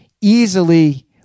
easily